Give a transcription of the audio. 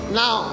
now